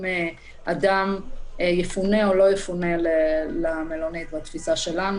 אדם יפונה או לא יפונה למלונית בתפיסה שלנו.